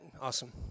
Awesome